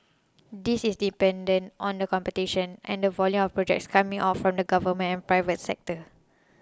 this is dependent on the competition and the volume of projects coming out from the government and private sector